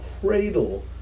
cradle